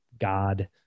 God